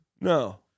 No